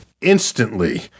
instantly